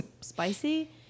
spicy